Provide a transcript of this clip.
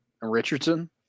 Richardson